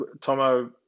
Tomo